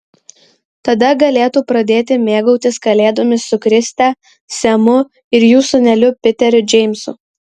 tada galėtų pradėti mėgautis kalėdomis su kriste semu ir jų sūneliu piteriu džeimsu